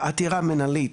גם בעתירה מנהלית